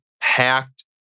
hacked